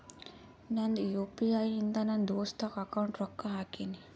ನಂದ್ U P I ಇಂದ ನನ್ ದೋಸ್ತಾಗ್ ಅಕೌಂಟ್ಗ ರೊಕ್ಕಾ ಹಾಕಿನ್